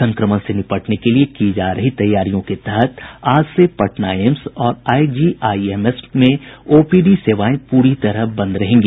संक्रमण से निपटने के लिए की जा रही तैयारियों के तहत आज से पटना एम्स और आईजीआईएमएस में ओपीडी सेवाएं पूरी तरह बंद रहेगी